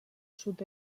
sud